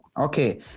Okay